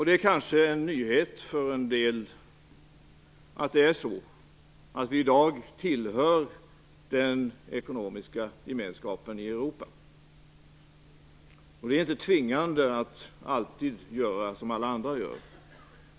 Det kanske är en nyhet för en del att det är så, att vi i dag tillhör den ekonomiska gemenskapen i Europa. Det är inte tvingande att alltid göra som alla andra gör.